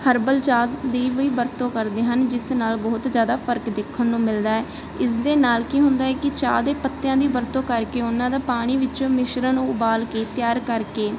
herbal ਚਾਹ ਦੀ ਵੀ ਵਰਤੋਂ ਕਰਦੇ ਹਨ ਜਿਸ ਨਾਲ ਬਹੁਤ ਜ਼ਿਆਦਾ ਫਰਕ ਦੇਖਣ ਨੂੰ ਮਿਲਦਾ ਹੈ ਇਸਦੇ ਨਾਲ ਕੀ ਹੁੰਦਾ ਕਿ ਚਾਹ ਦੇ ਪੱਤਿਆਂ ਦੀ ਵਰਤੋਂ ਕਰਕੇ ਉਹਨਾਂ ਦਾ ਪਾਣੀ ਵਿੱਚੋਂ ਮਿਸ਼ਰਣ ਉਬਾਲ ਕੇ ਤਿਆਰ ਕਰਕੇ